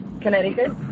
Connecticut